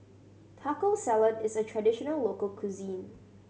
Taco Salad is a traditional local cuisine